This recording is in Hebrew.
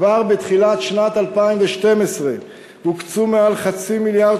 כבר בתחילת שנת 2012 הוקצו מעל חצי מיליארד